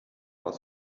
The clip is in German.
aus